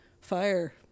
fire